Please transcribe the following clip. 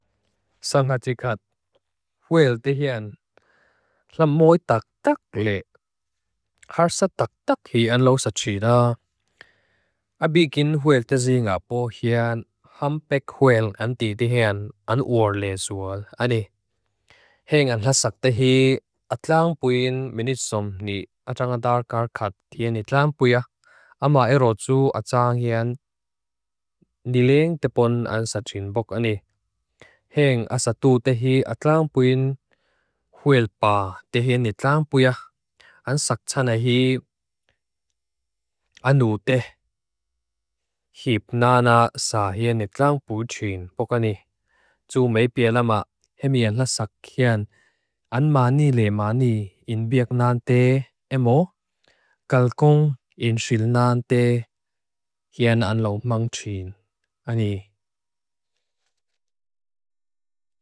Sanghati khat, huel tehen, lam moi tak tak le, har sa tak tak hi an lo sa chida. Abikin huel tezi ngapo hean, hampek huel an ti tehen, an uor le sua, ani. Hei an lasak tehi, atlangpuin menitsom ni atangadarkar khat tien itlangpuiak, ama erotsu atang hean, niling tepon an sa chinbok, ani. Hei an asatu tehi, atlangpuin huel pa tehen itlangpuiak, an sak tsanahip anu te, hip nana sa hean itlangpuchin, bokani ani. Tsu me pielama, hemi an lasak hean, an mani le mani, in biak nante emo, kal gong in sil nante, hean an lo mang chin, ani.